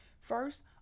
First